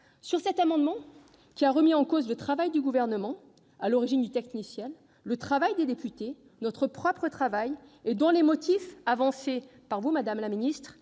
en question qui a remis en cause le travail du Gouvernement à l'origine du texte initial, le travail des députés, notre propre travail, et dont les motifs, avancés par vous-même, madame la ministre,